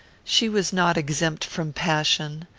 she was not exempt from passion,